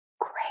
great